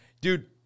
Dude